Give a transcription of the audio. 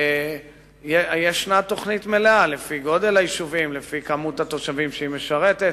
יש תוכנית מלאה לפי גודל היישובים ומספר התושבים שהמרכז משרת.